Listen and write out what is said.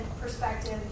perspective